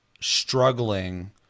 struggling